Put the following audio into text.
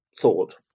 thought